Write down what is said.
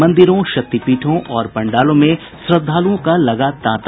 मंदिरों शक्तिपीठों और पंडालों में श्रद्धालुओं का लगा तांता